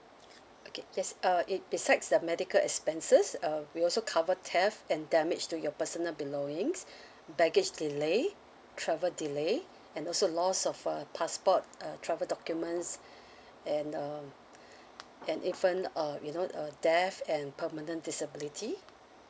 okay yes uh it besides the medical expenses um we also cover theft and damage to your personal belongings baggage delay travel delay and also loss of uh passport uh travel documents and um and even uh you know uh death and permanent disability